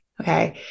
okay